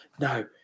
no